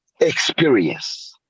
experience